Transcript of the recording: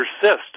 persist